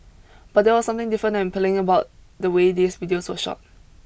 but there was something different and appealing about the way these videos were shot